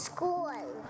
School